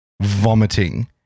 vomiting